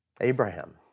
Abraham